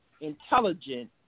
intelligent